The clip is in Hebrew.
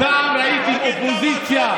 אתה לא עשית.